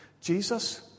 Jesus